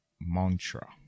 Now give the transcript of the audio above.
Mantra